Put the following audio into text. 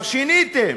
כבר שיניתם,